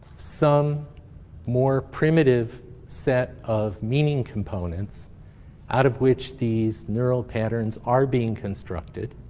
some more primitive set of meaning components out of which these neural patterns are being constructed.